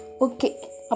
Okay